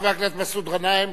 חבר הכנסת מסעוד גנאים.